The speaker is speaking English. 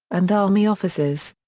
and army officers.